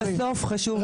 אבל בסוף חשוב לחדד.